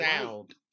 sound